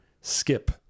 skip